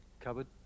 cupboard